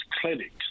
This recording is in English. clinics